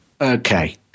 Okay